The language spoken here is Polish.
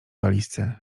walizce